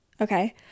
okay